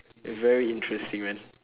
it's very interesting man